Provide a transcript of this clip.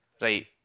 Right